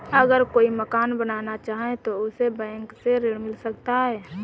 अगर कोई मकान बनाना चाहे तो उसे बैंक से ऋण मिल सकता है?